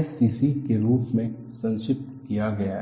SCC के रूप में संक्षिप्त किया गया है